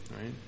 Right